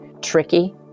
tricky